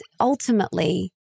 ultimately